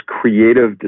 creative